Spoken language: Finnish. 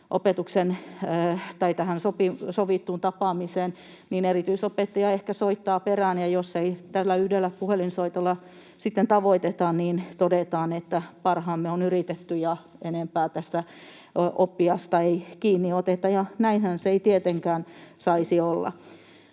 tähän sovittuun tapaamiseen, niin erityisopettaja ehkä soittaa perään ja jos ei tällä yhdellä puhelinsoitolla sitten tavoiteta, niin todetaan, että parhaamme on yritetty ja enempää tästä oppijasta ei kiinni oteta, ja näinhän se ei tietenkään saisi olla.